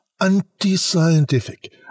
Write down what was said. Anti-scientific